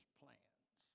plans